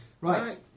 Right